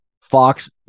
Fox